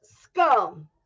scum